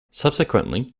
subsequently